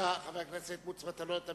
חבר הכנסת מוץ מטלון, בבקשה.